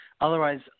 Otherwise